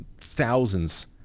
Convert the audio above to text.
thousands